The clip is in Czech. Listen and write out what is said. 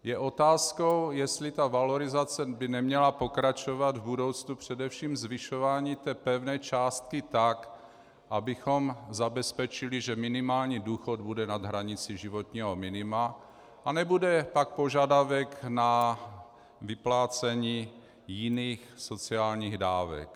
Je otázkou, jestli by valorizace neměla pokračovat v budoucnu především zvyšováním pevné částky tak, abychom zabezpečili, že minimální důchod bude nad hranicí životního minima a nebude pak požadavek na vyplácení jiných sociálních dávek.